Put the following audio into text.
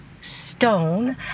Stone